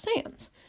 sands